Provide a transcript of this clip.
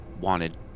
wanted